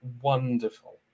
wonderful